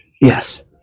Yes